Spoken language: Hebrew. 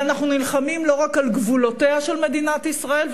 אנחנו נלחמים לא רק על גבולותיה של מדינת ישראל,